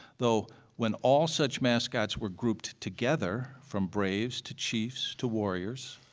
though when all such mascots were grouped together from braves to chiefs to warriors,